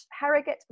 harrogate